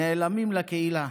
נעלמים לקהילה,